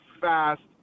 fast